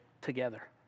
together